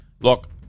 look